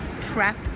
trapped